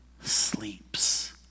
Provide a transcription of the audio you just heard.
sleeps